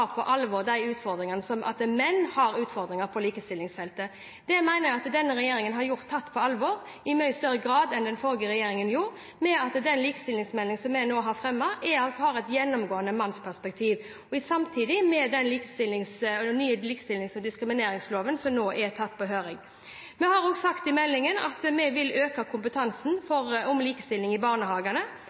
på alvor de utfordringene menn har på likestillingsfeltet. Det mener jeg at denne regjeringen har gjort i mye større grad enn den forrige regjeringen gjorde, ved at den likestillingsmeldingen som vi nå har fremmet, har et gjennomgående mannsperspektiv, samtidig som den nye likestillings- og diskrimineringsloven nå er sendt på høring. Vi har også sagt i meldingen at vi vil øke kompetansen om likestilling i barnehagene.